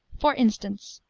for instance,